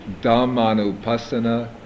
Dhammanupassana